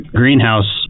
greenhouse